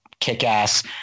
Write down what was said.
kick-ass